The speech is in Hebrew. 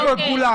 כולם.